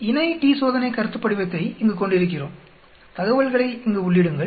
நாம் இணை t சோதனை கருத்துப்படிவத்தை இங்கு கொண்டிருக்கிறோம் தகவல்களை இங்கு உள்ளிடுங்கள்